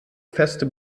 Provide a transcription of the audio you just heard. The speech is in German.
feste